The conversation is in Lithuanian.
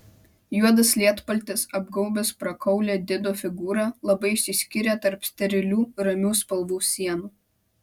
juodas lietpaltis apgaubęs prakaulią dido figūrą labai išsiskyrė tarp sterilių ramių spalvų sienų